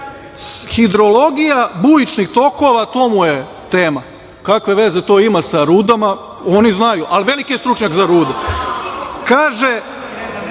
Hidrologija bujičnih tokova, to mu je tema. Kakve veze to ima sa rudama? Oni znaju, ali veliki je stručnjak za rude. Znate